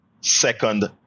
second